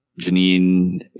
Janine